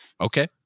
Okay